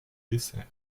dessert